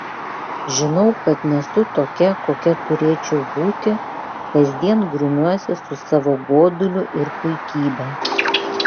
žinau kad nesu tokia kokia turėčiau būti kasdien grumiuosi su savo goduliu ir puikybe